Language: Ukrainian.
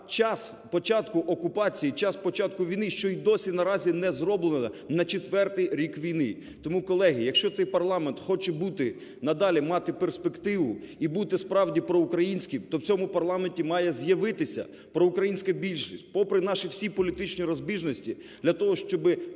час початку окупації, час початку війни, що і досі наразі не зроблено на четвертий рік війни. Тому, колеги, якщо цей парламент хоче бути, надалі мати перспективу і бути, справді, проукраїнським, то в цьому парламенті має з'явитися проукраїнська більшість, попри наші всі політичні розбіжності для того, щоби визнати